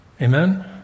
Amen